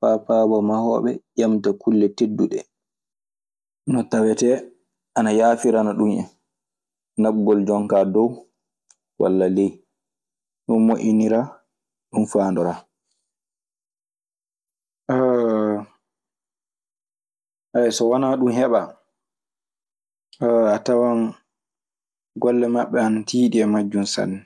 Faa paaboo mahooɓe ƴemta kulle teddiɗe no tawetee ana yaafirana ɗun en; naɓugol jon kaa dow walla ley. Ɗun moƴƴiniraa. Ɗun faandoraa. So wanaa ɗun heɓaa a tawan golle maɓɓe ana tiiɗi e majjun sanne.